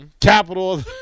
Capital